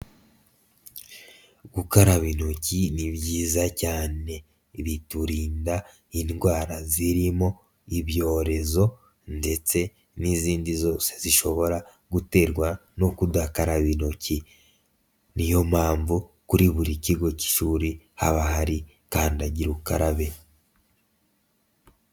Gukaraba intoki ni byiza cyane biturinda indwara zirimo ibyorezo ndetse n'izindi zose zishobora guterwa no kudakaraba intoki, ni yo mpamvu kuri buri kigo cy'ishuri haba hari kandagira ukarabe.